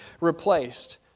replaced